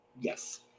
yes